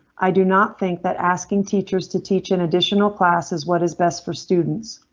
i do not think that asking teachers to teach in additional classes what is best for students.